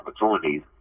opportunities